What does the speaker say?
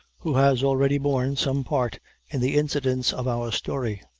who has already borne some part in the incidents of our story.